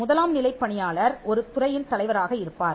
முதலாம் நிலைப்பணியாளர் ஒரு துறையின் தலைவராக இருப்பார்